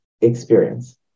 experience